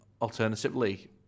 alternatively